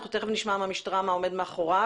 אנחנו תכף נשמע מהמשטרה מה עומד מאחוריו.